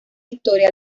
historia